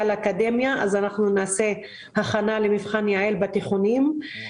לאקדמיה ולכן נעשה הכנה למבחן יע"ל בבתי הספר התיכוניים.